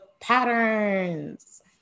patterns